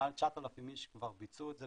מעל 9,000 איש כבר ביצעו את זה,